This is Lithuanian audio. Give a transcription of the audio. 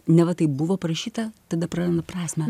neva tai buvo parašyta tada praranda prasmę